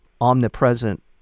omnipresent